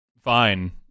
fine